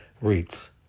rates